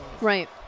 Right